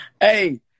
hey